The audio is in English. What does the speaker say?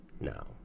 no